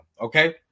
Okay